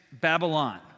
Babylon